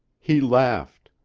he laughed.